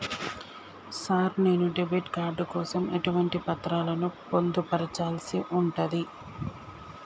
Sir నేను debit card కోసం ఎటువంటి పత్రాలను పొందుపర్చాల్సి ఉంటది?